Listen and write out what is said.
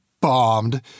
bombed